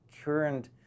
current